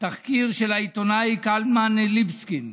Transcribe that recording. תחקיר של העיתונאי קלמן ליבסקינד,